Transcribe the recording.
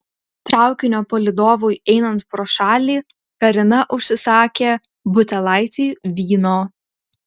traukinio palydovui einant pro šalį karina užsisakė butelaitį vyno